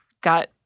got